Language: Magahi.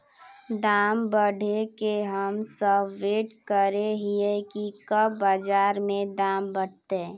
दाम बढ़े के हम सब वैट करे हिये की कब बाजार में दाम बढ़ते?